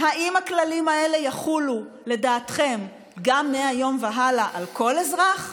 האם הכללים האלה יחולו לדעתכם מהיום והלאה על כל אזרח,